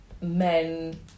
men